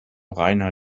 reiner